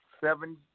seven